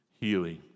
healing